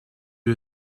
you